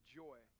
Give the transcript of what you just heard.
joy